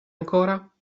ancora